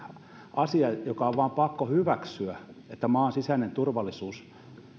asia että on vaan pakko hyväksyä että maan sisäinen turvallisuus